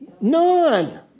None